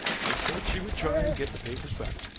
and said she would try and get the papers back.